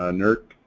ah nerc,